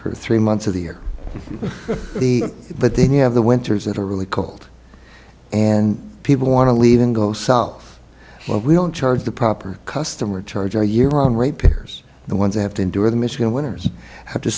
her three months of the year the but then you have the winters that are really cold and people want to leave and go south but we don't charge the proper customer charge a year on rate payers the ones they have to endure the michigan winners